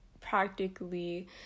practically